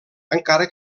encara